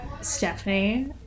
Stephanie